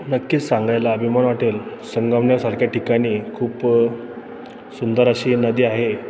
नक्कीच सांगायला अभिमान वाटेल संगमनेरसारख्या ठिकाणी खूप सुंदर अशी नदी आहे